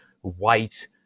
white